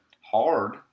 hard